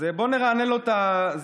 אז בוא נרענן לו את הזיכרון.